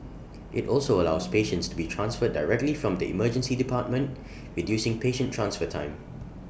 IT also allows patients to be transferred directly from the Emergency Department reducing patient transfer time